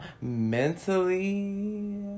mentally